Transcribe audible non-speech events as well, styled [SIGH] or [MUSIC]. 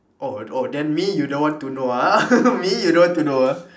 oh oh then me you don't want to know ah [LAUGHS] me you don't want to know ah